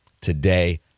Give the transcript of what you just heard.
today